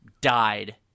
died